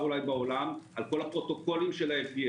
אולי בעולם על כל הפרוטוקולים של ה-FDA